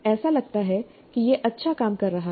ऐसा लगता है कि यह अच्छा काम कर रहा है